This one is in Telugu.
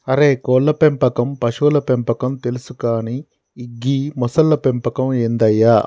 అరే కోళ్ళ పెంపకం పశువుల పెంపకం తెలుసు కానీ గీ మొసళ్ల పెంపకం ఏందయ్య